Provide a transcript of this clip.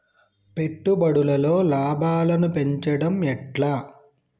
పెట్టుబడులలో లాభాలను పెంచడం ఎట్లా?